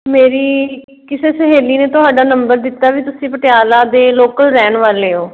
ਮੇਰੀ ਕਿਸੇ ਸਹੇਲੀ ਨੇ ਤੁਹਾਡਾ ਨੰਬਰ ਦਿੱਤਾ ਵੀ ਤੁਸੀਂ ਪਟਿਆਲਾ ਦੇ ਲੋਕਲ ਰਹਿਣ ਵਾਲੇ ਹੋ